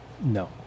No